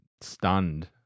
stunned